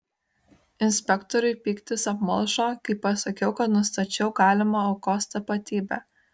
inspektoriui pyktis apmalšo kai pasakiau kad nustačiau galimą aukos tapatybę